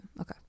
Okay